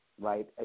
right